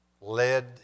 led